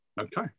Okay